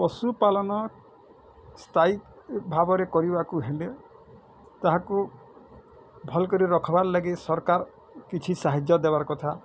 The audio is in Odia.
ପଶୁପାଲନ ସ୍ଥାଇ ଭାବରେ କରିବାକୁ ହେଲେ ଏହାକୁ ଭଲ୍କରି ରଖବାର୍ ଲାଗି ସରକାର୍ କିଛି ସାହାଯ୍ୟ ଦେବାର୍ କଥା